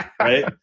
Right